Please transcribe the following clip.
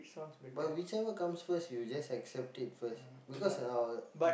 but whichever comes first you just accept it first because our